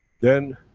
then,